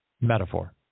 metaphor